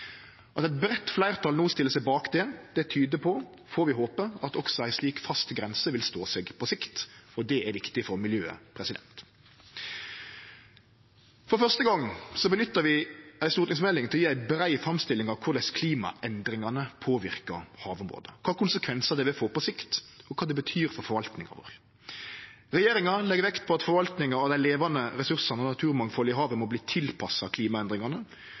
At eit breitt fleirtal no stiller seg bak det, tyder på – får vi håpe – at også ei slik fast grense vil stå seg på sikt, og det er viktig for miljøet. For første gong nyttar vi ei stortingsmelding til å gje ei brei framstilling av korleis klimaendringane påverkar havområda – kva konsekvensar det vil få på sikt, og kva det betyr for forvaltinga vår. Regjeringa legg vekt på at forvaltinga av dei levande ressursane og naturmangfaldet i havet må tilpassast klimaendringane.